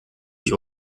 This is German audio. ich